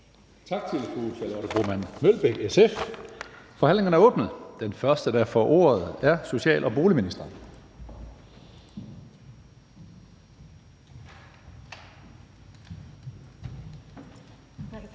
Tak til fru Charlotte Broman Mølbæk, SF. Forhandlingen er åbnet. Den første, der får ordet, er social- og boligministeren.